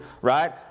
right